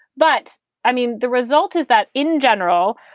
but i mean, the result is that in general,